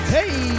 Hey